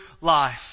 life